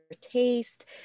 taste